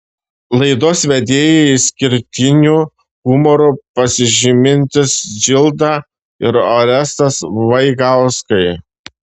laidos vedėjai išskirtiniu humoru pasižymintys džilda ir orestas vaigauskai